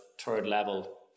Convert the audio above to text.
third-level